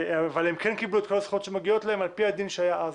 אבל הם כן קיבלו את כל הזכויות שמגיעות להם על פי הדין שהיה אז.